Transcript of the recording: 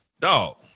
Dog